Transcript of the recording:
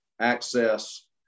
access